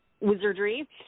wizardry